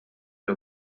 эрэ